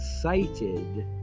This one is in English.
cited